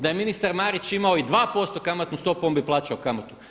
Da je ministar Marić imao i 2% kamatnu stopu on bi plaćao kamatu.